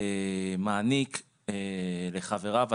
מעניק לחבריו הלוואות.